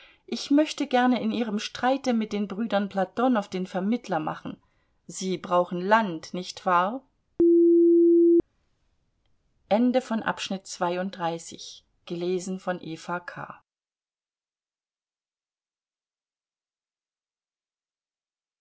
ich möchte gerne in ihrem streite mit den brüdern platonow den vermittler machen sie brauchen land nicht wahr